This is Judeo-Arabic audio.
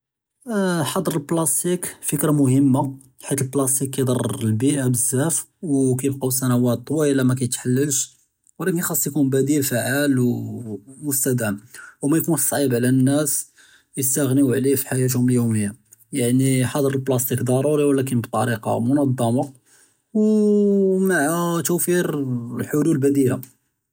חַדַר אֶלְפְּלַאסְטִיק פִּכְרָה מֻהִימָּה חֵית אֶלְפְּלַאסְטִיק כַּיַדַר אֶלְבִּיֵא בְּזַאף וּכַּיַבְקִי סְנִינַאת טְוִילָה מַא יִתְחַלַּש, וּלָקִין חַאס יְקוּן בַּדִּיל פְּעָאל וּמֻסְתַמַּר וּמַא יְקוּנֵש צְעִיב עַל אֶלְנַּאס יִסְתַעְנְיוּ עָלֵיהּ פִּי חַיַאתְהוּם אֶלְיֻומִיַּה, יַעְנִי חַדַר אֶלְפְּלַאסְטִיק דַּרּוּרִי וּלָקִין בְּטַרִיקַה מְנוּטַמָה וּמַע תַּוְפִיר חֻלוּל בְּדִילֶה.